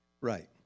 Right